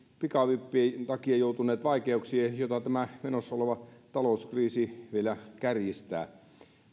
pikavippien takia joutuneet vaikeuksiin joita tämä menossa oleva talouskriisi vielä kärjistää